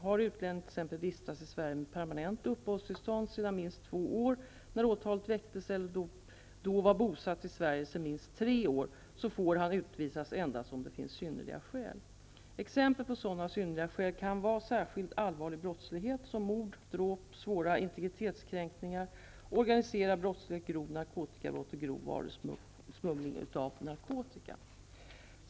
Har utlänningen t.ex. vistats i Sverige med permanent uppehållstillstånd sedan minst två år när åtalet väcktes eller då var bosatt i Sverige sedan minst tre år, får han utvisas endast om det finns synnerliga skäl. Exempel på sådana synnerliga skäl kan vara särskild allvarlig brottslighet som mord och dråp, svåra integritetskränkningar, organiserad brottslighet, grovt narkotikabrott och grov varusmuggling av narkotika.